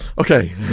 Okay